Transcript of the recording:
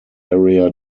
area